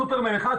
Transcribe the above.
סופרמן 1,